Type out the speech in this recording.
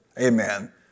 amen